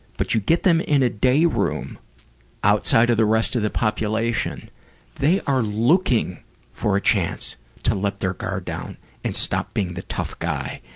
but you get them in a day room outside the rest of the population they are looking for a chance to let their guard down and stop being the tough guy.